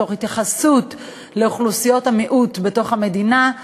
תוך התייחסות לאוכלוסיות המיעוט במדינה,